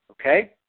okay